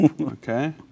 Okay